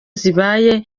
zibaye